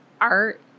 art